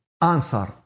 answer